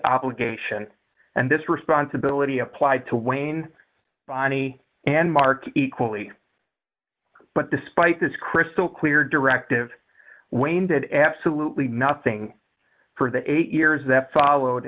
obligation and this responsibility applied to wayne bonnie and mark equally but despite this crystal clear directive wayne did absolutely nothing for the eight years that followed